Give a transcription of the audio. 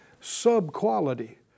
sub-quality